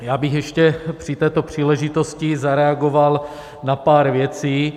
Já bych ještě při této příležitosti zareagoval na pár věcí.